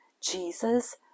Jesus